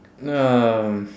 um